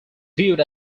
viewed